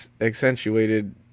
accentuated